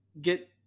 get